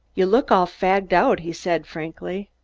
you look all fagged out, he said frankly.